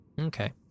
Okay